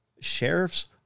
sheriff's